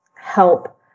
help